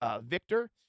Victor